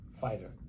fighter